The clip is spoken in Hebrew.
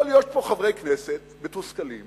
יכולים להיות פה חברי כנסת מתוסכלים